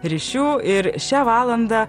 ryšių ir šią valandą